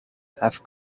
have